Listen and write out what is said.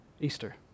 Easter